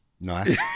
Nice